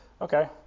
okay